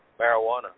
marijuana